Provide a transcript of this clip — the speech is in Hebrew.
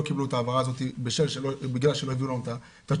קיבלו את ההעברה הזאת בגלל שלא הביאו לנו את התשובות.